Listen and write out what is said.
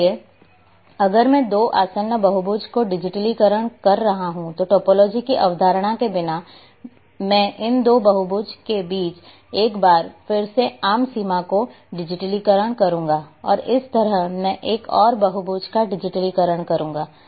इसलिए अगर मैं दो आसन्न बहुभुजों का डिजिटलीकरण कर रहा हूं तो टोपोलॉजी की अवधारणा के बिना मैं इन दो बहुभुजों के बीच एक बार फिर से आम सीमा का डिजिटलीकरण करूंगा और इस तरह मैं एक और बहुभुज का डिजिटलीकरण करूंगा